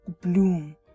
bloom